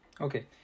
Okay